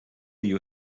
you